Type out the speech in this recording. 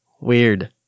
Weird